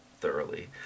thoroughly